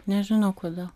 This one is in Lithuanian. nežinau kodėl